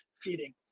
feeding